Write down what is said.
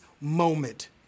moment